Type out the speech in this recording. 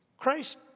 Christ